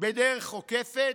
לדרך עוקפת?